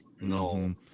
no